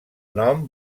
nom